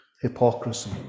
Hypocrisy